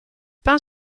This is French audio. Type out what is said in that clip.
peint